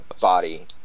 body